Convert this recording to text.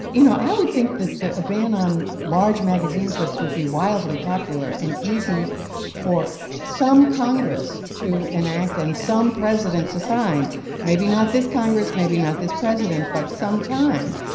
you know, i would think that a ban on large magazine clips would be wildly popular and easy for some congress to enact and some president to sign maybe not this congress, maybe not this president, but some time.